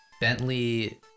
Bentley